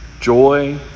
Joy